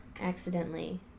accidentally